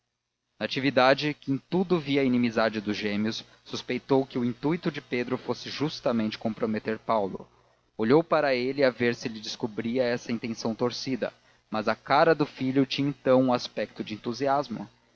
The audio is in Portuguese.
natividade que em tudo via a inimizade dos gêmeos suspeitou que o intuito de pedro fosse justamente comprometer paulo olhou para ele a ver se lhe descobria essa intenção torcida mas a cara do filho tinha então o aspecto do entusiasmo